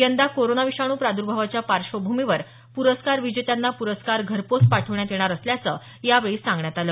यंदा कोरोना विषाणू प्रादर्भावाच्या पार्श्वभूमीवर प्रस्कार विजेत्यांना प्रस्कार घरपोच पाठवण्यात येणार असल्याचं यावेळी सांगण्यात आलं